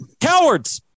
Cowards